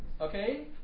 Okay